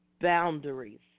Boundaries